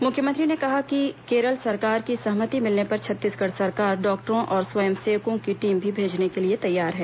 मुख्यमंत्री ने कहा है कि केरल सरकार की सहमति मिलने पर छत्तीसगढ़ सरकार डॉक्टरों और स्वयं सेवकों की टीम भी भेजने के लिए तैयार है